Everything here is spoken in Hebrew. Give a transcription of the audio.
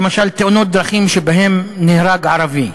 למשל, תאונות דרכים שבהן נהרג ערבי.